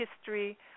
history